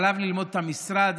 עליו ללמוד את המשרד,